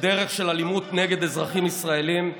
בדרך של אלימות נגד אזרחים ישראלים,